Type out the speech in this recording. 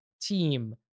team